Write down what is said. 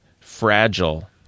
fragile